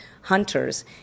hunters